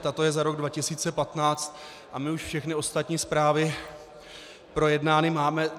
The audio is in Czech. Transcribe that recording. Tato je za rok 2015 a my už všechny ostatní zprávy projednány máme.